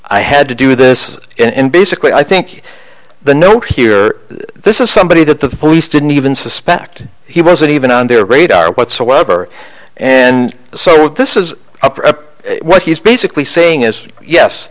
i had to do this and basically i think the note here this is somebody that the police didn't even suspect he wasn't even on their radar whatsoever and so what this is what he's basically saying is yes